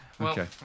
Okay